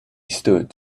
stood